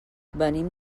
venim